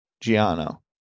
Giano